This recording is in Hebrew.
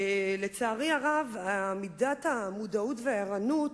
לצערי הרב, מידת המודעות והערנות,